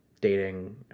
dating